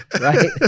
right